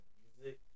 music